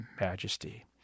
majesty